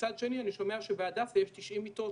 מצד שני, אני שומע שבהדסה יש 90 מיטות.